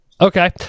Okay